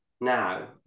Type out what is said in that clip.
now